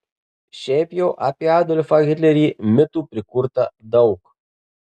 šiaip jau apie adolfą hitlerį mitų prikurta daug